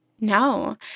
No